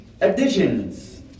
additions